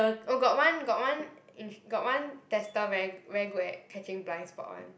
oh got one got one got one tester very very good at catching blind spot one